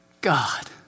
God